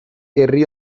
herri